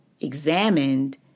examined